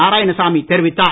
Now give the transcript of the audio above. நாராயணசாமி தெரிவித்தார்